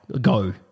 Go